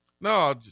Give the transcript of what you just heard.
no